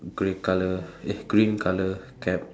grey colour eh green colour cap